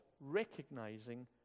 recognizing